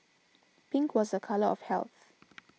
pink was a colour of health